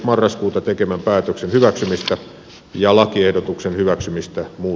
marraskuuta tekemän päätöksen hyväksymistä ja lakiehdotuksen hyväksymistä muu